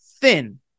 thin